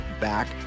back